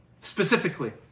Specifically